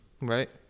right